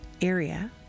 area